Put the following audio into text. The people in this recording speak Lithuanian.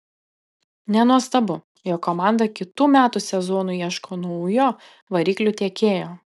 nenuostabu jog komanda kitų metų sezonui ieško naujo variklių tiekėjo